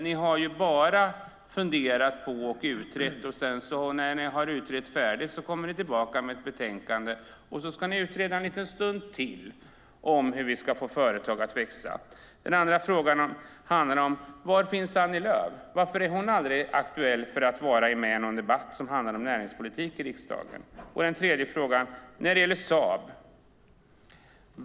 Ni har ju bara funderat och utrett, och när ni har utrett färdigt så kommer ni tillbaka med ett betänkande, och så ska ni utreda en liten stund till om hur vi ska få företag att växa. Den andra frågan är: Var finns Annie Lööf? Varför är hon aldrig aktuell för någon riksdagsdebatt som handlar om näringspolitik? Den tredje frågan gäller Saab.